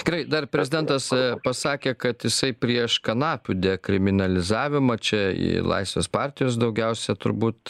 gerai dar prezidentas pasakė kad jisai prieš kanapių dekriminalizavimą čia į laisvės partijos daugiausia turbūt